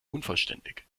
unvollständig